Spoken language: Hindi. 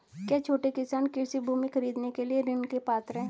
क्या छोटे किसान कृषि भूमि खरीदने के लिए ऋण के पात्र हैं?